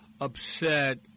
upset